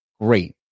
great